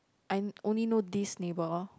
I only know this neighbour